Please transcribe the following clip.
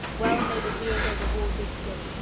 well may the wielder reward thee still!